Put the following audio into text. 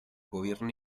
gobierno